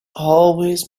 always